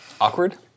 Awkward